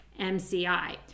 MCI